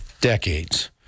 decades